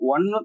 One